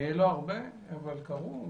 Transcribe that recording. לא הרבה, אבל קרו.